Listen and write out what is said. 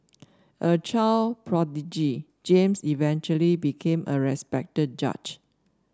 a child prodigy James eventually became a respected judge